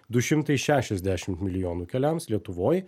du šimtai šešiasdešim milijonų keliams lietuvoj